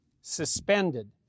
suspended